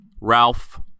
Ralph